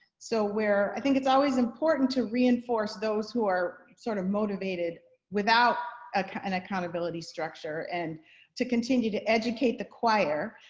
so we're, i think it's always important to reinforce those who are sort of motivated without an accountability structure and to continue to educate the choir.